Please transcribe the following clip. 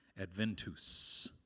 Adventus